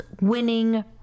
winning